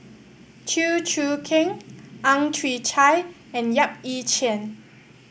Chew Choo Keng Ang Chwee Chai and Yap Ee Chian